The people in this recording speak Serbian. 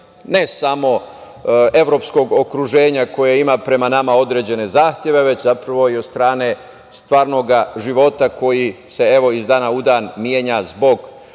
ne samo evropskog okruženja koje ima prema nama određene zahteve, već zapravo i od strane stvarnog života koji se iz dana u dan menja zbog